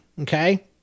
Okay